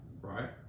right